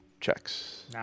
checks